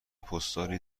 پستالی